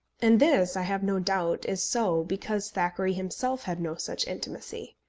and this, i have no doubt, is so because thackeray himself had no such intimacy.